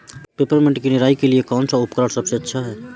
Peppermint की निराई के लिए कौन सा उपकरण सबसे अच्छा है?